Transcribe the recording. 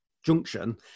junction